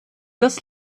das